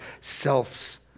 selves